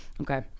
okay